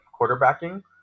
quarterbacking